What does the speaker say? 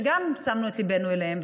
ששמנו את ליבנו אליהן,